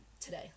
today